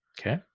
Okay